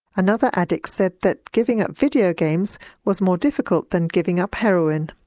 another addict said that giving up video games was more difficult than giving up heroin.